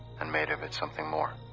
and made of it something more.